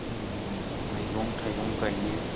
ओम मैगं थायगं गायो